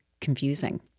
confusing